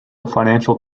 financial